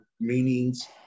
meanings